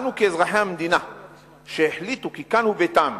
אנו, כאזרחי המדינה שהחליטו כי כאן ביתם,